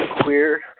queer